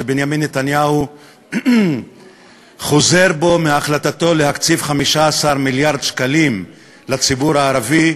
שבנימין נתניהו חוזר בו מהחלטתו להקציב 15 מיליארד שקלים לציבור הערבי,